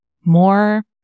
more